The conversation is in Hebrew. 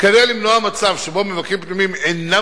כדי למנוע מצב שבו מבקרים פנימיים אינם